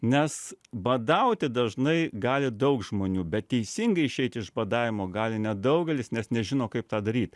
nes badauti dažnai gali daug žmonių bet teisingai išeiti iš badavimo gali nedaugelis nes nežino kaip tą daryti